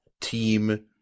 team